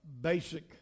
basic